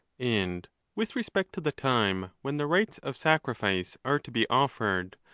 and with respect to the time when the rites of sacrifice are to be offered,